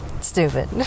Stupid